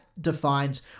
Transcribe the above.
defines